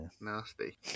nasty